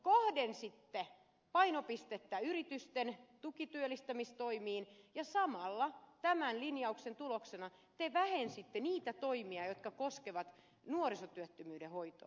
kohdensitte painopistettä yritysten tukityöllistämistoimiin ja samalla tämän linjauksen tuloksena te vähensitte niitä toimia jotka koskevat nuorisotyöttömyyden hoitoa